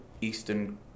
Eastern